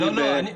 אדוני,